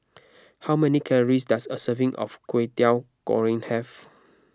how many calories does a serving of Kwetiau Goreng have